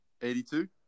82